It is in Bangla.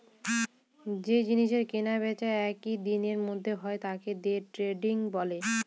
যে জিনিসের কেনা বেচা একই দিনের মধ্যে হয় তাকে দে ট্রেডিং বলে